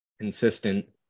consistent